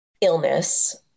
illness